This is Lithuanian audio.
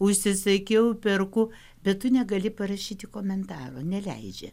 užsisakiau perku bet tu negali parašyti komentaro neleidžia